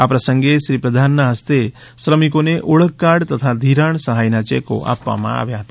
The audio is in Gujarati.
આ પ્રસંગે શ્રી પ્રધાનના ફસ્તે શ્રમિકોને ઓળખકાર્ડ તથા ઘિરાણ સહાયના ચેકો આપવામાં આવ્યા હતા